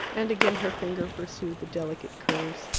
and again her finger pursued the delicate curves.